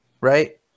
right